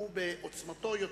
הוא בעוצמתו יותר